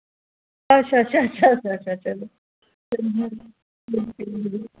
अच्छा अच्छा अच्छा अच्छा चलो